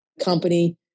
company